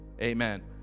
Amen